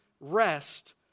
rest